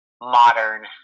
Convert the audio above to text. modern